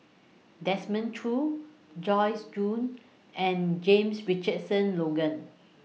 Desmond Choo Joyce Jue and James Richardson Logan